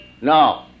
No